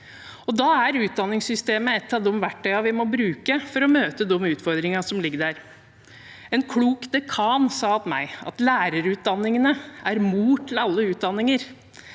Da er utdanningssystemet ett av verktøyene vi må bruke for å møte de utfordringer som ligger der. En klok dekan sa til meg at lærerutdanningen er mor til alle utdanninger.